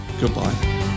Goodbye